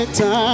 Time